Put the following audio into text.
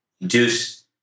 induce